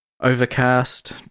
Overcast